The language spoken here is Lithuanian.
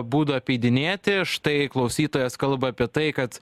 būdų apeidinėti štai klausytojas kalba apie tai kad